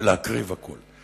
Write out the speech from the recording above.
ולהקריב הכול,